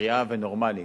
בריאה ונורמלית.